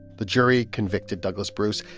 the jury convicted douglas bruce.